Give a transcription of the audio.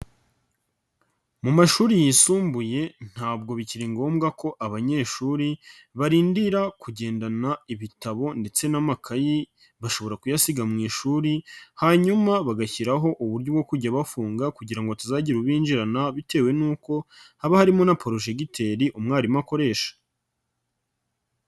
Mu mashuri yisumbuye ntabwo bikiri ngombwa ko abanyeshuri barindira kugendana ibitabo ndetse n'amakayi, bashobora kuyasiga mu ishuri, hanyuma bagashyiraho uburyo bwo kujya bafunga kugira ngo hatazagire ubinjirana bitewe n'uko haba harimo na porejegiteri umwarimu akoresha.